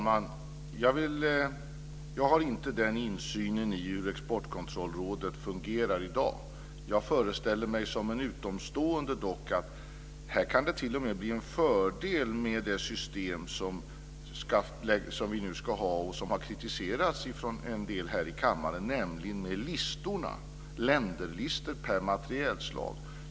Fru talman! Jag har inte den insynen i hur Exportkontrollrådet fungerar i dag. Jag föreställer mig dock som en utomstående att det t.o.m. kan bli en fördel med system som vi nu ska ha och som har kritiserats från en del här i kammaren, nämligen med länderlistor per materielslag.